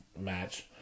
match